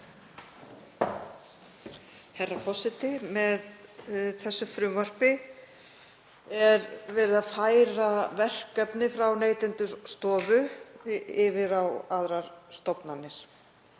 Herra forseti. Með þessu frumvarpi er verið að færa verkefni frá Neytendastofu yfir á aðrar stofnanir.